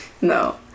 No